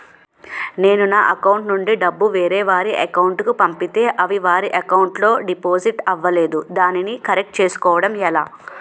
నేను నా అకౌంట్ నుండి డబ్బు వేరే వారి అకౌంట్ కు పంపితే అవి వారి అకౌంట్ లొ డిపాజిట్ అవలేదు దానిని కరెక్ట్ చేసుకోవడం ఎలా?